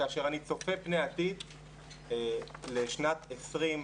וכאשר אני צופה פני עתיד לשנת 2021,